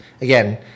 again